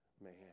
Man